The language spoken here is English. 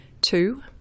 Two